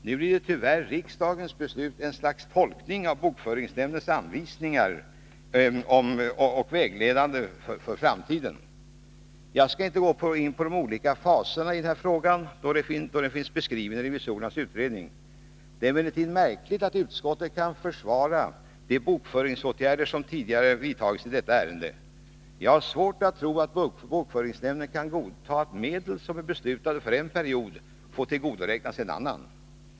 Nu blir tyvärr riksdagens beslut ett slags tolkning av bokföringsnämndens anvisningar om vägledning för framtiden. Jag skall inte gå in på de olika faserna i denna fråga, då den finns beskriven irevisorernas utredning. Det är emellertid märkligt att utskottet kan försvara de bokföringsåtgärder som tidigare vidtagits i detta ärende. Jag har svårt att tro att bokföringsnämnden kan godta att medel som är beslutade för en 171 period får tillgodoräknas en annan.